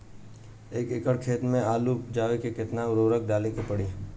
एक एकड़ खेत मे आलू उपजावे मे केतना उर्वरक डाले के पड़ी?